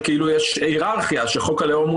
שאילו יש היררכיה שחוק הלאום הוא